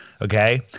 okay